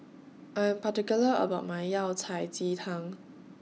I'm particular about My Yao Cai Ji Tang